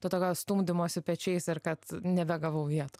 to tokio stumdymosi pečiais ir kad nebegavau vietų